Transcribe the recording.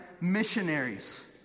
missionaries